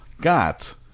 got